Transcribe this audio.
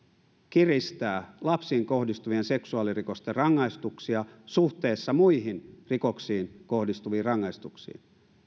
kiristää lapsiin kohdistuvien seksuaalirikosten rangaistuksia suhteessa muihin rikoksiin kohdistuviin rangaistuksiin